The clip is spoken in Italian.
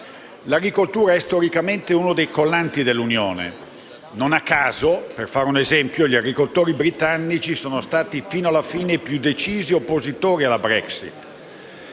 L'agricoltura è storicamente uno dei collanti dell'Unione. Non a caso - per fare un esempio - gli agricoltori britannici sono stati fino alla fine i più decisi oppositori alla Brexit.